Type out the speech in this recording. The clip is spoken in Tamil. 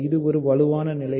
இது ஒரு வலுவான நிலை